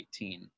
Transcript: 2018